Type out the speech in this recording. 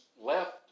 left